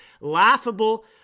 laughable